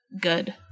good